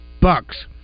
bucks